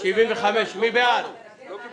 הצעה 90 של קבוצת סיעת המחנה הציוני?